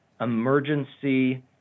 emergency